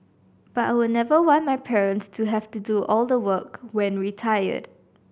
but I would never want my parents to have to do all the work when retired